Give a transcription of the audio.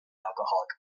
alcoholic